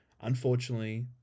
Unfortunately